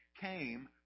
came